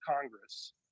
Congress